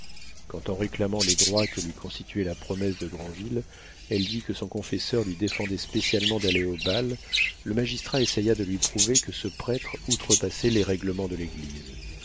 quand en réclamant les droits que lui constituait la promesse de granville elle dit que son confesseur lui défendait spécialement d'aller au bal le magistrat essaya de lui prouver que ce prêtre outrepassait les règlements de l'église